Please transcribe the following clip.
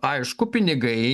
aišku pinigai